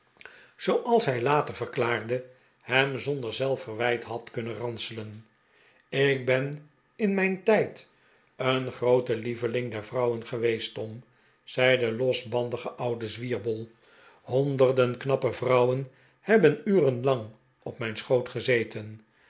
hij later verklaarde hem zonder zelfverwijt had kunnen ranselen ik ben in mijn tijd een groote lieveling der vrouwen geweest tom zei de losbandige ouwe zwierbol honderden knappe vrouwen hebben uren lang op mijn schoot gezeten